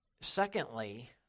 Secondly